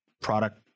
product